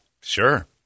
Sure